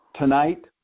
Tonight